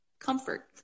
comfort